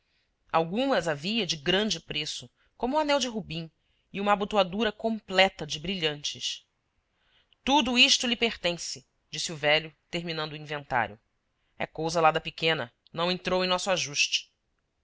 elegante algumas havia de grande preço como o anel de rubim e uma abotoadura completa de brilhantes tudo isto lhe pertence disse o velho terminando o inventário é cousa lá da pequena não entrou em nosso ajuste